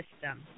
system